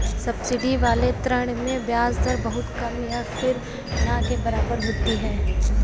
subsidy वाले ऋण में ब्याज दर बहुत कम या फिर ना के बराबर होती है